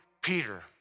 Peter